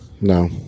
No